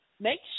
make